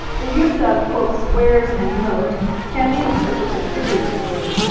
the use of squares and moat can be interpreted figuratively.